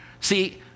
See